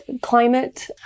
climate